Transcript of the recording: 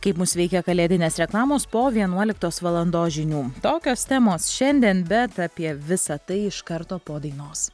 kaip mus veikia kalėdinės reklamos po vienuoliktos valandos žinių tokios temos šiandien bet apie visa tai iš karto po dainos